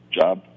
job